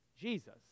Jesus